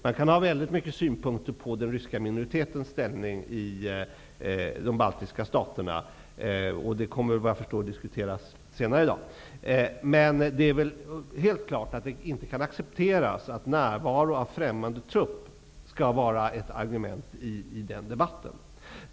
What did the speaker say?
Man kan ha väldigt många synpunkter på den ryska minoritetens ställning i de baltiska staterna, och det kommer såvitt jag förstår att diskuteras senare i dag. Men det är helt klart att det inte kan accepteras att närvaro av främmande trupp skall vara ett argument i den debatten.